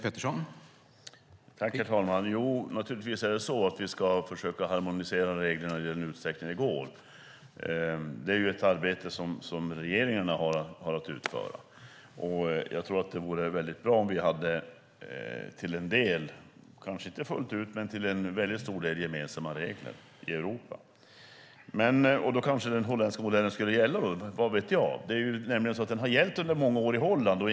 Herr talman! Naturligtvis ska vi försöka harmonisera reglerna i den utsträckning det går. Det är ett arbete som regeringarna har att utföra. Det vore bra om vi till en del - kanske inte fullt ut men till en stor del - hade gemensamma regler i Europa. Då kanske den holländska modellen skulle gälla - vad vet jag. Den har gällt under många år i Holland.